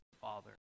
father